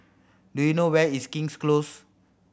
do you know where is King's Close